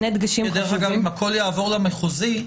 אגב אם הכול יעבור למחוזי,